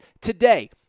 Today